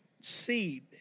seed